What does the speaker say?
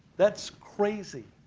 that's crazy.